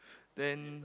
then